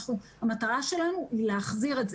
המטרה שלנו היא להחזיר את זה.